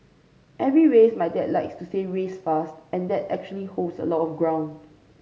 every race my dad likes to say race fast and that actually holds a lot of ground